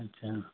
ठीक छै ने